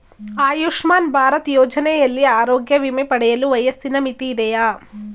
ಆಯುಷ್ಮಾನ್ ಭಾರತ್ ಯೋಜನೆಯಲ್ಲಿ ಆರೋಗ್ಯ ವಿಮೆ ಪಡೆಯಲು ವಯಸ್ಸಿನ ಮಿತಿ ಇದೆಯಾ?